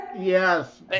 Yes